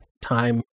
time